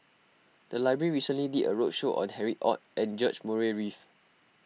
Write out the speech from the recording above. the library recently did a roadshow on Harry Ord and George Murray Reith